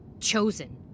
Chosen